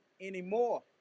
anymore